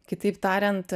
kitaip tariant